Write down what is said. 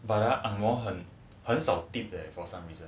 but ah ang moh 很很少给 tip there for some reason